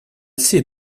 see